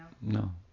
No